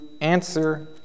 answer